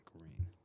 green